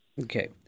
okay